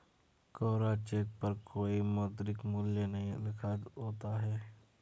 कोरा cheque पर कोई मौद्रिक मूल्य नहीं लिखा होता है